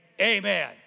amen